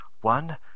One